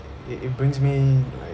it it brings me like